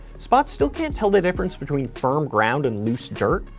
spot still can't tell the difference between firm ground and loose dirt,